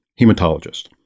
hematologist